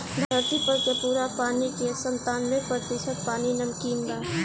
धरती पर के पूरा पानी के सत्तानबे प्रतिशत पानी नमकीन बा